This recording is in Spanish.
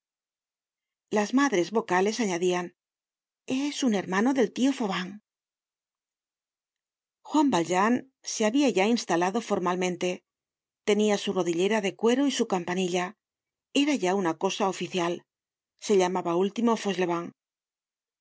las madres vocale's añadian es un hermano del tio fauvent juan valjean se habia ya instalado formalmente tenia su rodillera de cuero y su campanilla era ya una cosa oficial se llamaba ultimo fauchelevent la